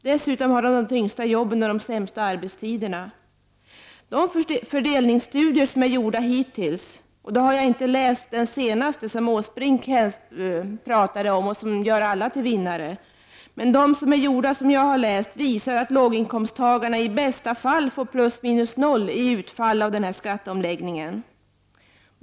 Dessutom har kvinnorna de tyngsta jobben och de sämsta arbetstiderna. De fördelningsstudier som hittills har genomförts — och då har jag inte läst den senaste som Erik Åsbrink talade om och som skall göra alla till vinnare — visar att låginkomsttagare i bästa fall får plus minus noll i utfall av skatteomläggningen.